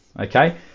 okay